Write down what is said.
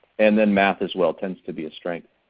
and then math as well tends to be a strength.